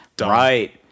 right